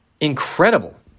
incredible